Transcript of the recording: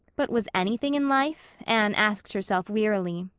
but was anything in life, anne asked herself wearily,